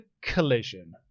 collision